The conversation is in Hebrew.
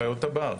חיות הבר,